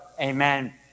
Amen